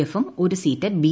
എഫും ഒരു seat B